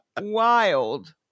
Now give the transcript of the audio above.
wild